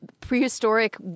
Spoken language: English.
prehistoric